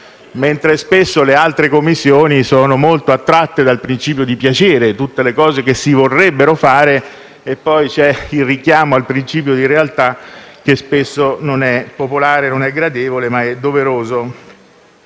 mentre spesso le altre sono molto attratte dal principio di piacere (tutte le cose che si vorrebbero fare) e poi c'è il richiamo al principio di realtà, che spesso non è popolare né gradevole, ma è doveroso.